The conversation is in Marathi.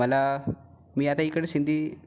मला मी आता इकडे सिंधी